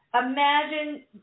Imagine